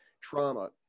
trauma